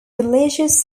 religious